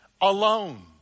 alone